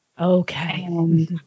okay